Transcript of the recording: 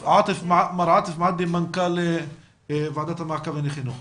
מר עאטף מועדי, מנכ"ל ועדת המעקב לענייני חינוך.